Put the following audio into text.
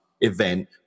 event